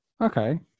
okay